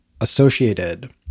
associated